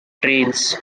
trains